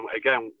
again